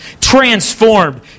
transformed